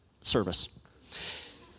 service